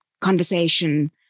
conversation